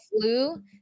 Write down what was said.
flu